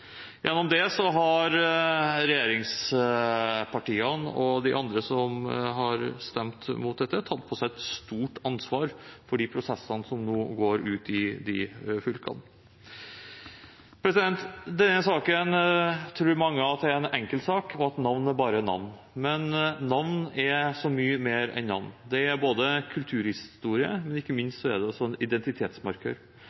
Gjennom det har regjeringspartiene og de andre som har stemt imot dette, tatt på seg et stort ansvar for de prosessene som nå pågår ute i de fylkene. Mange tror at dette er en enkel sak, og at navn er bare navn. Men navn er så mye mer enn navn. Det er både kulturhistorie og ikke